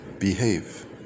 behave